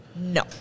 No